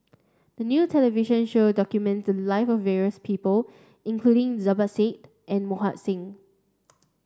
a new television show documented the lives of various people including Zubir Said and Mohan Singh